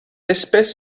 espèce